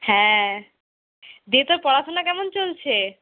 হ্যাঁ দিয়ে তোর পড়াশোনা কেমন চলছে